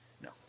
No